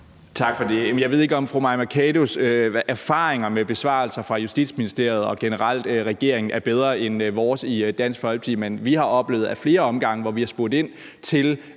Tak for det. Jeg ved ikke, om fru Mai Mercados erfaringer med besvarelser fra Justitsministeriet og generelt regeringen er bedre end vores i Dansk Folkeparti, men vi har oplevet ad flere omgange, hvor vi har spurgt ind til